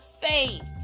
faith